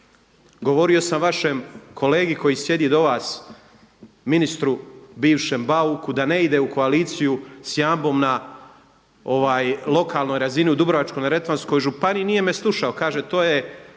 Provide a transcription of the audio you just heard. Govorio sam vašem kolegi koji sjedi do vas ministru bivšem Bauku da ne ide u koaliciju s Jambom na lokalnoj razini u Dubrovačko-neretvanskoj županiji i nije me slušao, kaže to je